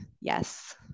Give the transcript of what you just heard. yes